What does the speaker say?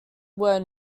were